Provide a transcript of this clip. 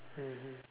mmhmm